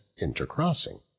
intercrossing